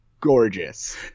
gorgeous